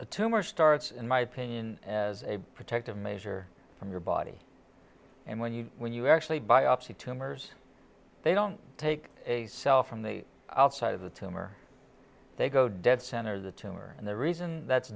a tumor starts in my opinion as a protective measure for your body and when you when you actually biopsy tumors they don't take a cell from the outside of the tumor they go dead center of the tumor and the reason that's